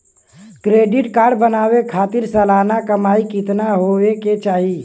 Credit card बनवावे खातिर सालाना कमाई कितना होए के चाही?